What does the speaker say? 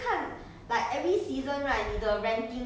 mm mm